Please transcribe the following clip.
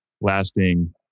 lasting